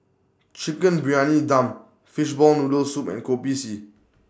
Chicken Briyani Dum Fishball Noodle Soup and Kopi C